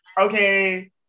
okay